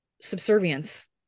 subservience